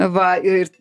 va ir